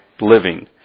living